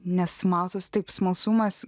nesmalsūs taip smalsumas